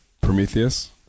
Prometheus